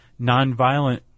nonviolent